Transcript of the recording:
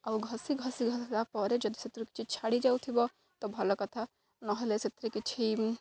ଆଉ ଘସି ଘସି ଘସିକା ପରେ ଯଦି ସେଥିରୁ କିଛି ଛାଡ଼ି ଯାଉଥିବ ତ ଭଲ କଥା ନହେଲେ ସେଥିରେ କିଛି